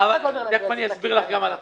תיכף אסביר לך גם על הצפון.